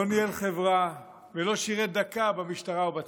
לא ניהל חברה ולא שירת דקה במשטרה או בצבא.